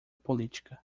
política